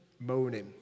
moaning